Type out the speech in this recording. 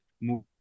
move